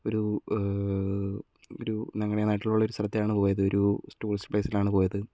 ഒരു ഞങ്ങളുടെ നാട്ടിലുള്ള ഒരു സ്ഥലത്തിലാണ് പോയത് ഒരു ടൂറിസ്റ്റ് പ്ലേസിൽ ആണ് പോയത്